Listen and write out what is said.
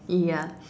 ya